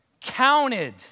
counted